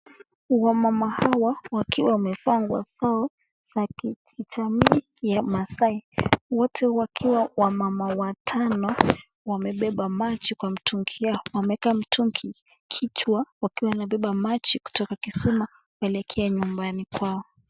Wamama hawa wakiwa wamevaa nguo zao za kijamii ya kimasai, wote wakiwa wamama watano wamebeba maji kwa mtungi yao, wameeka mtungi kichwa wakiwa wanabeba maji kutoka kisima kuelekea nyumbani kwao.